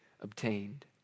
obtained